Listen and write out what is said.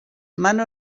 منو